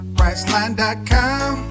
Priceline.com